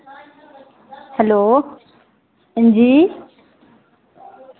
hello हांजी